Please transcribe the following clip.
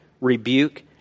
rebuke